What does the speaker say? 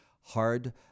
hard